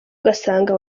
ugasanga